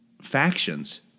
factions